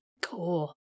Cool